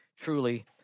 truly